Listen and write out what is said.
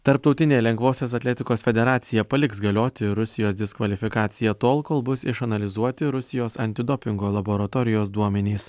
tarptautinė lengvosios atletikos federacija paliks galioti rusijos diskvalifikaciją tol kol bus išanalizuoti rusijos antidopingo laboratorijos duomenys